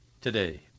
today